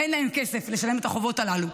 אין להם כסף לשלם את החובות הללו.